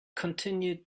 continued